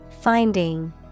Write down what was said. Finding